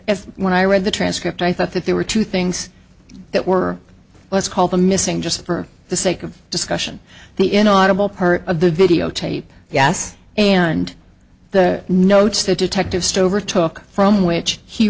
if when i read the transcript i thought that there were two things that were let's call them missing just for the sake of discussion the inaudible part of the videotape yes and the notes that detective stover took from which he